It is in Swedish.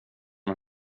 den